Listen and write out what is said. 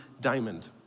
diamond